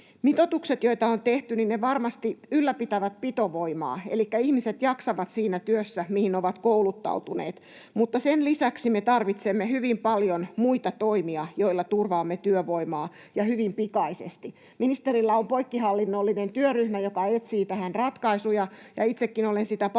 Mitoitukset, joita on tehty, varmasti ylläpitävät pitovoimaa. Elikkä ihmiset jaksavat siinä työssä, mihin ovat kouluttautuneet, mutta sen lisäksi me tarvitsemme hyvin paljon muita toimia, joilla turvaamme työvoimaa ja hyvin pikaisesti. Ministerillä on poikkihallinnollinen työryhmä, joka etsii tähän ratkaisuja, ja itsekin olen sitä paljon